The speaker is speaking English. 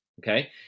okay